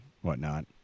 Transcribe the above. whatnot